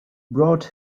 brought